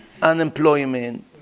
unemployment